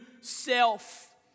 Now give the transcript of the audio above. self